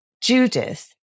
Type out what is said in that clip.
Judith